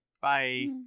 bye